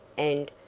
and,